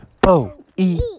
Bo-E